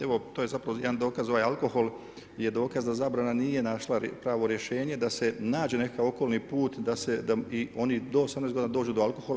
Evo to je zapravo jedan dokaz ovaj alkohol je dokaz da zabrana nije našla pravo rješenje da se nađe nekakav okolni put da se, da i oni do 18 godina dođu do alkohola.